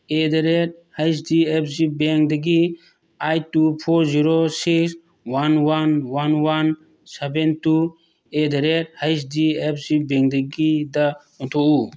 eight the rate H D F C ꯕꯦꯡꯗꯒꯤ eight two four zero six one one one one seven two at the rate H D F C ꯕꯦꯡꯗꯒꯤꯗ ꯑꯣꯟꯊꯣꯛꯎ